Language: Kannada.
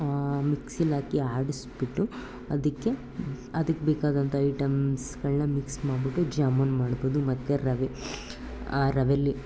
ಮಿಕ್ಸಿಲಿ ಹಾಕಿ ಆಡಿಸಿಬಿಟ್ಟು ಅದಕ್ಕೆ ಅದಕ್ಕೆ ಬೇಕಾದಂಥ ಐಟಮ್ಸ್ಗಳನ್ನ ಮಿಕ್ಸ್ ಮಾಡಿಬಿಟ್ಟು ಜಾಮೂನ್ ಮಾಡ್ಕೊಂಡು ಮತ್ತೆ ರವೆ ಆ ರವೆಯಲ್ಲಿ